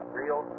real